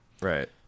Right